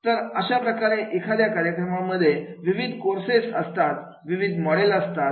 तर अशाप्रकारे एखाद्या कार्यक्रमांमध्ये विविध कोर्सेस असतात विविध मॉडेल असतात